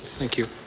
thank you.